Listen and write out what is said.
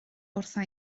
wrtha